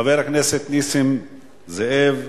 חבר הכנסת נסים זאב,